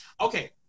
okay